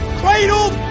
cradled